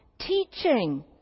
teaching